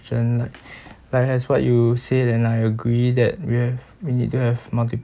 like like has what you say and I agree that we have we need to have multiple